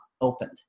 opened